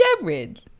Jared